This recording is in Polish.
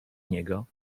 niego